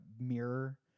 mirror